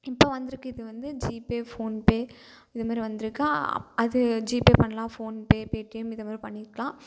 இப்போது வந்திருக்கு இது வந்து ஜிபே ஃபோன்பே இதுமாதிரி வந்திருக்கு அப் அது ஜிபே பண்ணலாம் ஃபோன்பே பேடிஎம் இதுமாதிரி பண்ணிக்கலாம்